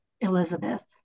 Elizabeth